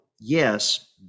yes